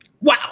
Wow